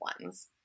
ones